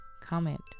comment